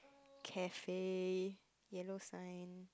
cafe yellow sign